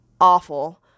awful